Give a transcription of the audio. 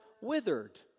withered